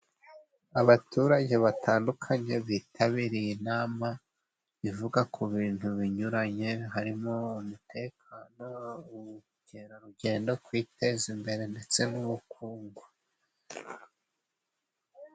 Abaturage batandukanye bitabiriye inama ivuga ku bintu binyuranye. Harimo umutekano, ubukerarugendo, kwiteza imbere ndetse n'ubukungu.